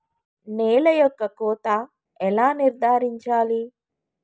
నేల యొక్క కోత ఎలా నిర్ధారించాలి?